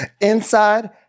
Inside